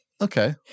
Okay